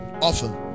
Often